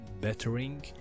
bettering